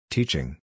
Teaching